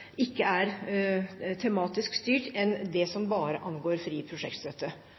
ikke er tematisk styrt, enn det som bare angår fri prosjektstøtte.